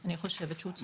אני חושבת שהוא צודק.